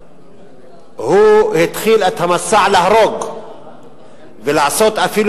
הוא התחיל את המסע להרוג ולעשות אפילו